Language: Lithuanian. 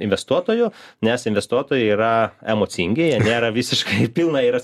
investuotojų nes investuotojai yra emocingi jie nėra visiškai pilnai ira